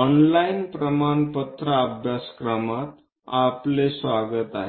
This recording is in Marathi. ऑनलाईन प्रमाणपत्र अभ्यासक्रमात आपले स्वागत आहे